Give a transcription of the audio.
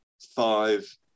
five